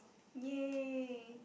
ya